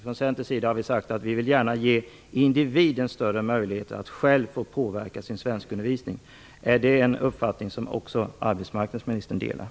Från Centerns sida har vi sagt att vi gärna vill ge individen större möjligheter att själv få påverka sin svenskundervisning. Är detta en uppfattning som också arbetsmarknadsministern delar?